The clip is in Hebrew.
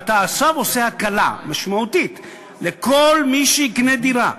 ואתה עכשיו עושה הקלה משמעותית לכל מי שיקנה דירה.